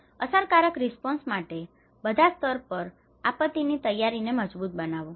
અસરકારક રિસ્પોન્સ માટે બધા સ્તર પર આપત્તિની તૈયારીને મજબૂત બનાવો